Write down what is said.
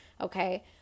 okay